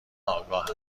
آگاه